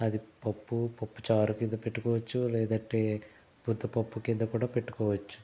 అది పప్పు పప్పు చారు కింద పెట్టుకోవచ్చు లేదంటే ముద్దపప్పు కింద కూడా పెట్టుకోవచ్చు